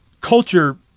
culture